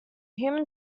human